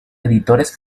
editores